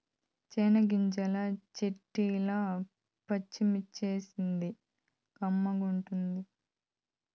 చెనగ్గింజల చెట్నీల పచ్చిమిర్చేస్తేనే కమ్మగుంటది